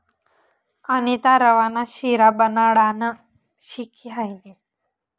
अनीता रवा ना शिरा बनाडानं शिकी हायनी